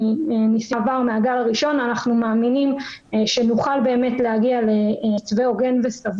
שהציעה הרשות להגנת הצרכן ולסחר הוגן.